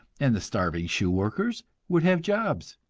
and the starving shoe-workers would have jobs.